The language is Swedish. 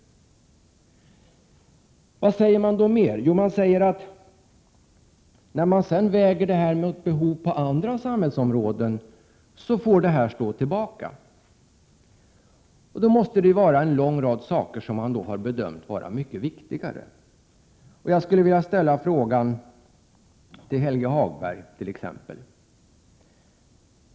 91 Vad säger man mer? Jo, när man sedan väger detta mot behov på andra samhällsområden får detta behov stå tillbaka. Då måste det vara en lång rad saker som man har bedömt vara mycket viktigare. Jag skulle vilja ställa en fråga t.ex. till Helge Hagberg.